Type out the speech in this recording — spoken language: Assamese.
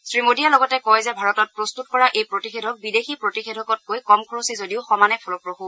শ্ৰীমোদীয়ে লগতে কয় যে ভাৰতত প্ৰস্তুত কৰা এই প্ৰতিষেধক বিদেশী প্ৰতিষেধকতকৈ কম খৰচী যদিও সমানে ফলপ্ৰসূ